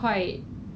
ah okay